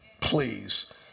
Please